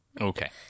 Okay